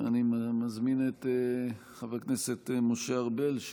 ואני מזמין את חבר הכנסת משה ארבל,